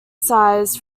size